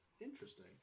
Interesting